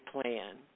Plan